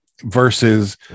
versus